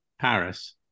Paris